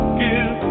give